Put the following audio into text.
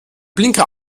blinker